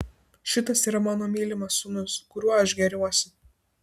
šitas yra mano mylimas sūnus kuriuo aš gėriuosi